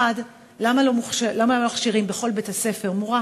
1. למה לא מכשירים בכל בית-ספר מורה?